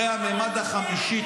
הרי המימד החמישי,